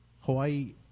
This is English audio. Hawaii